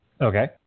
Okay